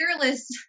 fearless